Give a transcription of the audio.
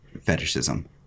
fetishism